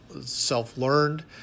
self-learned